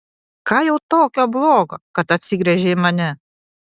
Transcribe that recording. ką jau tokio blogo kad atsigręžei į mane